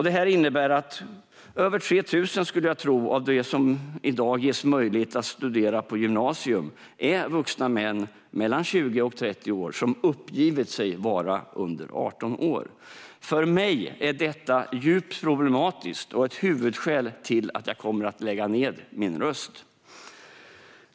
Detta innebär att över 3 000, skulle jag tro, av dem som i dag ges möjlighet att studera på gymnasium är vuxna män på mellan 20 och 30 år som har uppgivit sig vara under 18 år. För mig är detta djupt problematiskt och ett huvudskäl till att jag kommer att lägga ned min röst.